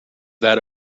that